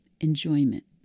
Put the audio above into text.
enjoyment